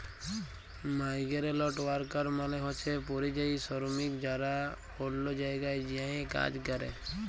migrant worker মালে হছে পরিযায়ী শরমিক যারা অল্য জায়গায় যাঁয়ে কাজ ক্যরে